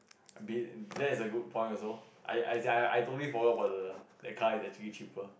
B that is a good point also I I as in I totally forget about the car actually cheaper